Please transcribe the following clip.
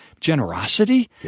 generosity